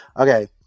Okay